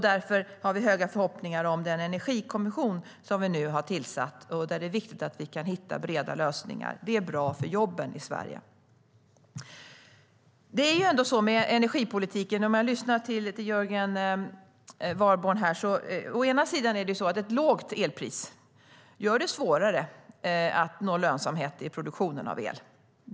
Därför har vi höga förhoppningar om den energikommission som vi nu har tillsatt, där det är viktigt att vi kan hitta breda lösningar. Det är bra för jobben i Sverige. Jag lyssnar till Jörgen Warborn. Med energipolitiken är det så att ett lågt elpris å ena sidan gör det svårare att nå lönsamhet i produktionen av el.